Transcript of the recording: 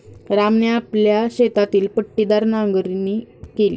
रामने आपल्या शेतातील पट्टीदार नांगरणी केली